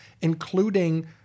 including